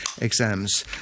exams